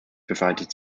provided